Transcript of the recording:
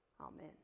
Amen